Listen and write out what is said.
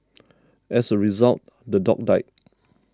as a result the dog died